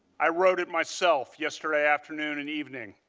i wrote it myself yesterday afternoon and evening.